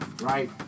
Right